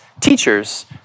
teachers